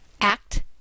Act